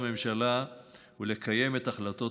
הממשלה דנה על קיצוץ של 29 מיליון שקלים בתקציב